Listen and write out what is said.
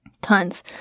Tons